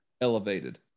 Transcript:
elevated